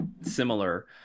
similar